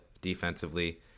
defensively